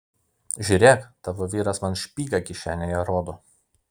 žiūrėk tavo vyras man špygą kišenėje rodo